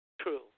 True